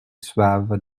suave